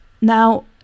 Now